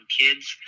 kids